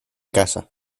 casa